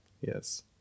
yes